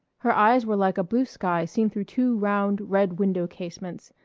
her eyes were like a blue sky seen through two round, red window-casements.